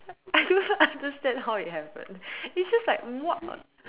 I don't understand how it happened it's just like what